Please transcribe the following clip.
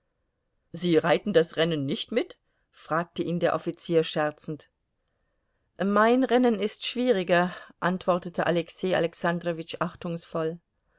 sie reiten das rennen nicht mit fragte ihn der offizier scherzend mein rennen ist schwieriger antwortete alexei